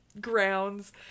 grounds